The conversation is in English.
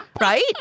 right